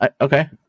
okay